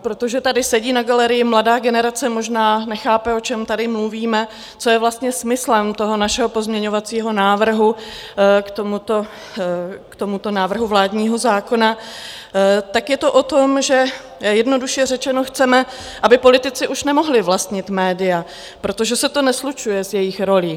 Protože tady sedí na galerii mladá generace, možná nechápe, o čem tady mluvíme, co je vlastně smyslem toho našeho pozměňovacího návrhu k tomuto návrhu vládního zákona, tak je to o tom, že jednoduše řečeno chceme, aby politici už nemohli vlastnit média, protože se to neslučuje s jejich rolí.